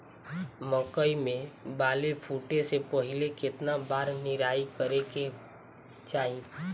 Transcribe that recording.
मकई मे बाली फूटे से पहिले केतना बार निराई करे के चाही?